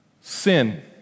sin